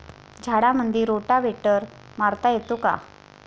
झाडामंदी रोटावेटर मारता येतो काय?